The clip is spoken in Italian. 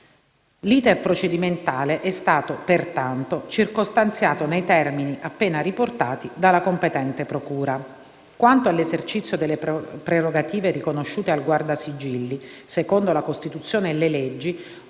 L'*iter* procedimentale è stato, pertanto, circostanziato nei termini riportati dalla competente procura. Quanto all'esercizio delle prerogative riconosciute al Guardasigilli secondo la Costituzione e le leggi,